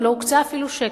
ולא הוקצה אפילו שקל.